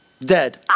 Dead